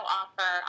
offer